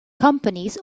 companies